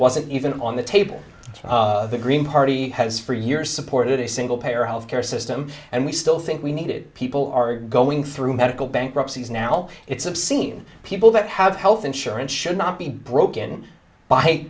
wasn't even on the table the green party has for years supported a single payer health care system and we still think we need it people are going through medical bankruptcies now it's obscene people that have health insurance should not be broken by